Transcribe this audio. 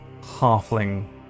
halfling